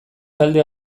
talde